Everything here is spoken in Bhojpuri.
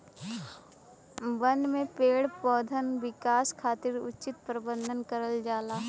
बन में पेड़ पउधन विकास खातिर उचित प्रबंध करल जाला